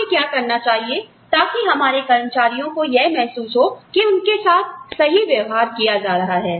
हमें क्या करना चाहिए ताकि हमारे कर्मचारियों को यह महसूस हो कि उनके साथ सही व्यवहार किया जा रहा है